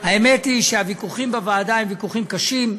האמת היא שהוויכוחים בוועדה הם ויכוחים קשים.